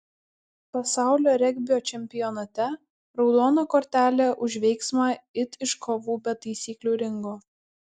pasaulio regbio čempionate raudona kortelė už veiksmą it iš kovų be taisyklių ringo